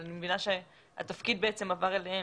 אבל אני מבינה שהתפקיד עבר אליהם.